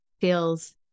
feels